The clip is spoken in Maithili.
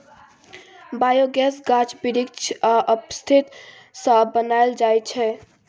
बायोगैस गाछ बिरीछ आ अपशिष्ट सँ बनाएल जाइ छै